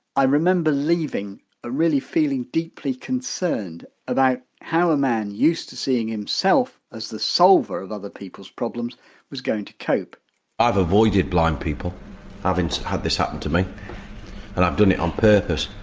i remember leaving really feeling deeply concerned about how a man used to seeing himself as the solver of other people's problems was going to cope rathbandi've avoided blind people having had this happen to me and i've done it on purpose,